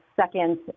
second